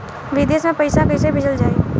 विदेश में पईसा कैसे भेजल जाई?